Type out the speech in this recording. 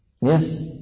Yes